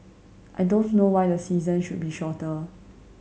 I don't know why the season should be shorter